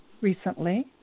recently